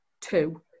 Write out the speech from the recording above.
Two